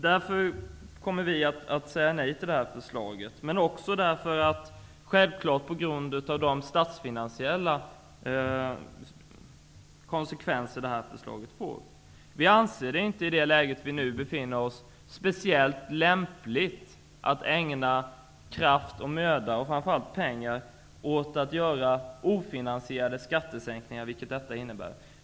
Därför kommer vi att säga nej till förslaget. Men vi gör det också på grund av de statsfinansiella konsekvenser förslaget får. I det läge vi nu befinner oss anser vi det inte speciellt lämpligt att ägna kraft, möda och framför allt pengar åt att göra ofinansierade skattesänkningar, vilket detta förslag innebär.